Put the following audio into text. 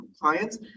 clients